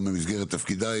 גם במסגרת תפקידיי,